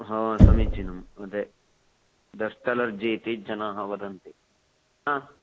हो समीचीनं मयोदये दस्ट् अलर्जि इति जनाः वदन्ति हा